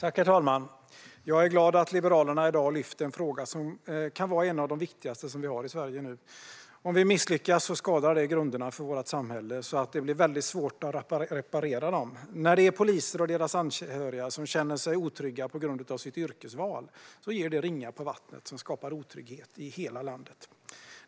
Herr talman! Jag är glad att Liberalerna i dag lyfter fram en fråga som kan vara en av de viktigaste som vi har i Sverige nu. Om vi misslyckas skadar det grunderna för vårt samhälle så att det blir väldigt svårt att reparera dem. När poliser och deras anhöriga känner sig otrygga på grund av sitt yrkesval ger det ringar på vattnet som skapar otrygghet i hela landet.